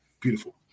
Beautiful